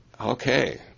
Okay